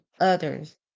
others